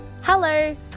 Hello